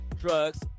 drugs